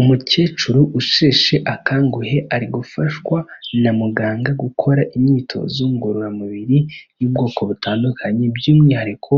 Umukecuru usheshe akanguhe, ari gufashwa na muganga gukora imyitozo ngororamubiri, y'ubwoko butandukanye, by'umwihariko